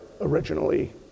originally